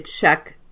check